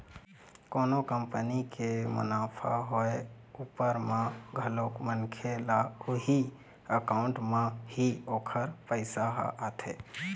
कोनो कंपनी के मुनाफा होय उपर म घलोक मनखे ल उही अकाउंट म ही ओखर पइसा ह आथे